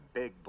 big